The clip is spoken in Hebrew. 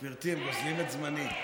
גברתי, הם גוזלים את זמני.